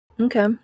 Okay